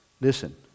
Listen